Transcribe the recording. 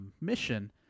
mission